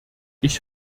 ich